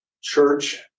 church